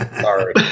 Sorry